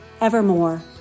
evermore